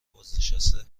بازنشته